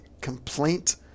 Complaint